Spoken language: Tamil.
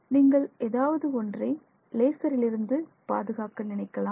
நீங்கள் ஏதாவது ஒன்றை லேசர் இலிருந்து பாதுகாக்க நினைக்கலாம்